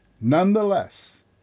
Nonetheless